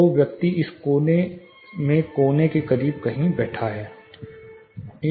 तो व्यक्ति इस कोने में कोने के करीब कहीं बैठा है